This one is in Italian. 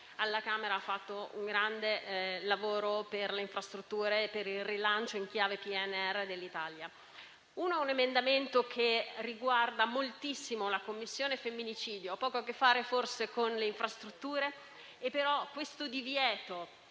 alla Camera ha fatto un grande lavoro per le infrastrutture e per il rilancio in chiave PNRR dell'Italia. Il primo emendamento riguarda moltissimo la Commissione sul femminicidio e forse ha poco a che fare con le infrastrutture: mi riferisco al divieto